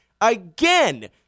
again